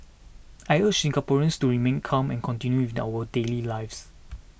I urge Singaporeans to remain calm and continue with our daily lives